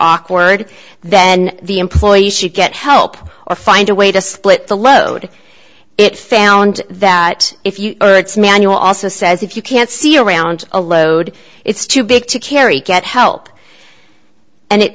awkward then the employee should get help or find a way to split the load it found that if you are it's manual also says if you can't see around a load it's too big to carry get help and it